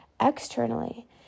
externally